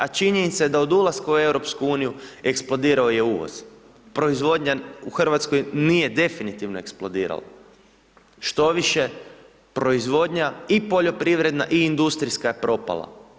A činjenica je da od ulaska u EU, eksplodirao je uvoz, proizvodnja u Hrvatskoj nije definitivno eksplodirala, štoviše, proizvodnja i poljoprivredna i industrijska je propala.